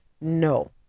no